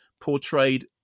portrayed